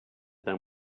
them